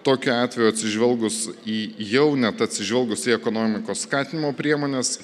tokiu atveju atsižvelgus į jau net atsižvelgus į ekonomikos skatinimo priemones